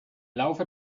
laufe